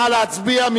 נא להצביע.